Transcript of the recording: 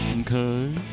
okay